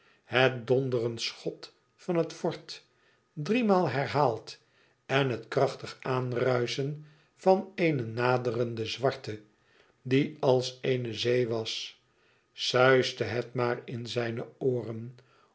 het donderend schot van het fort driemaal herhaald en het krachtig aanruischen van eene naderende zwarte die als een zee was suiste het maar in zijne ooren